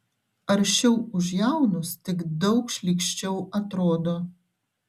aršiau už jaunus tik daug šlykščiau atrodo